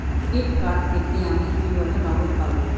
Credit card থেকে আমি কিভাবে নগদ পাব?